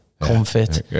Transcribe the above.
comfort